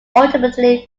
ultimately